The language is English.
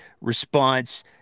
response